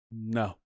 No